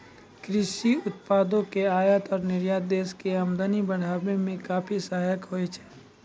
कृषि उत्पादों के आयात और निर्यात देश के आमदनी बढ़ाय मॅ काफी सहायक होय छै